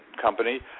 company